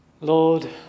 Lord